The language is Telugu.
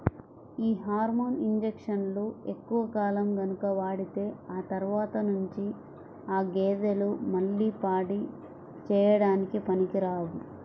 యీ హార్మోన్ ఇంజక్షన్లు ఎక్కువ కాలం గనక వాడితే ఆ తర్వాత నుంచి ఆ గేదెలు మళ్ళీ పాడి చేయడానికి పనికిరావు